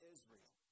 Israel